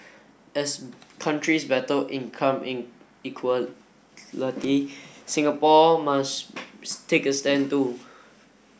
as countries battle income Singapore must take a stand too